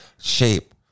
shape